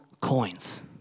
coins